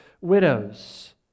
widows